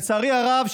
לצערי הרב,